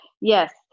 Yes